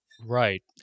Right